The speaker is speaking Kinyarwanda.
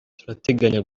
turateganya